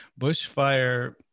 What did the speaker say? bushfire